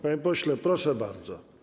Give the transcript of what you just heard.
Panie pośle, proszę bardzo.